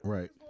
Right